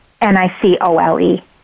N-I-C-O-L-E